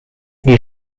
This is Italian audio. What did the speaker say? gli